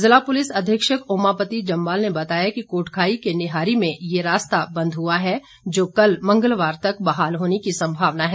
जिला पुलिस अधीक्षक ओमापति जमवाल ने बताया कि कोटखाई के निहारी में ये रास्ता बंद हुआ है जो कल मंगलवार तक बहाल होने की संभावना है